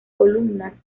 columnas